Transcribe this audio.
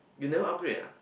you never upgrade ah